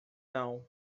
não